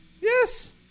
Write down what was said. Yes